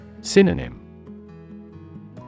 Synonym